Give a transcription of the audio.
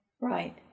Right